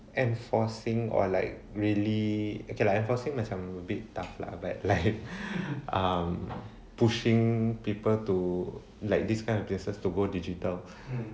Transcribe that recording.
enforcing or like really okay lah enforcing macam a bit tough lah but like um pushing people to like this kind of places to go digital